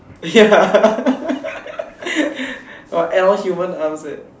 ya or add on humans arms eh